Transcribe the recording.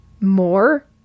more